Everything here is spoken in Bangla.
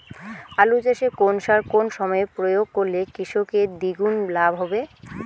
আলু চাষে কোন সার কোন সময়ে প্রয়োগ করলে কৃষকের দ্বিগুণ লাভ হবে?